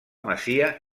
masia